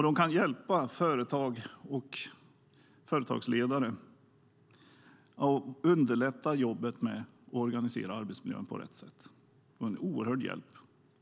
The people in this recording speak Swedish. De kan hjälpa företag och företagsledare och underlätta deras jobb att organisera arbetsmiljön på rätt sätt. Det är en oerhörd hjälp.